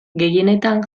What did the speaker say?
gehienetan